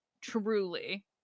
truly